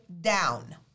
down